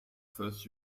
first